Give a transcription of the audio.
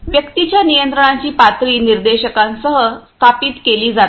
व्यक्तींच्या नियंत्रणाची पातळी निर्देशकांसह स्थापित केली जातात